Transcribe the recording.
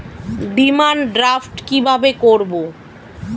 Demand draft কীভাবে করব?